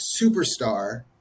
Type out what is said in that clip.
superstar